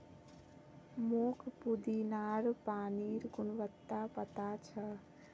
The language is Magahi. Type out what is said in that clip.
मोक पुदीनार पानिर गुणवत्ता पता छ